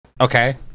Okay